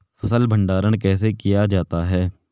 फ़सल भंडारण कैसे किया जाता है?